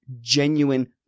genuine